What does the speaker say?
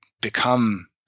become